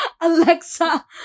Alexa